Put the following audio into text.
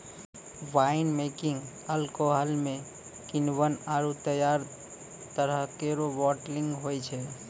wine making alcohol म किण्वन आरु तैयार तरल केरो बाटलिंग होय छै